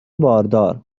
باردار